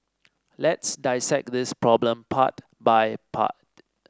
let's dissect this problem part by part